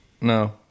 No